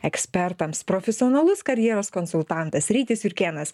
ekspertams profesionalus karjeros konsultantas rytis jurkėnas